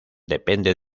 depende